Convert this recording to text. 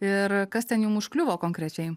ir kas ten jum užkliuvo konkrečiai